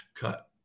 cut